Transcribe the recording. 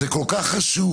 זה כל כך חשוב.